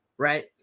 Right